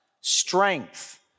Strength